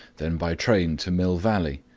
then by train to mill valley.